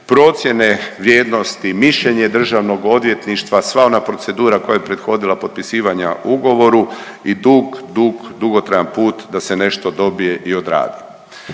procjene vrijednosti, mišljenje DORH-a, sva ona procedura koja je prethodila potpisivanja ugovoru i dug, dug, dugotrajan put da se nešto dobije i odradi.